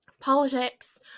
politics